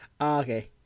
okay